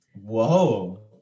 Whoa